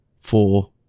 four